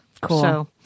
Cool